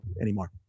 anymore